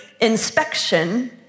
inspection